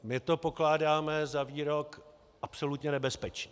My to pokládáme za výrok absolutně nebezpečný.